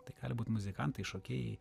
tai gali būt muzikantai šokėjai